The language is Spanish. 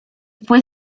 fue